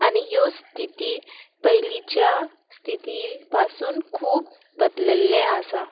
आनी ह्यो स्थिती पयलींच्या स्थिती पासून खूब बदलल्ले आसा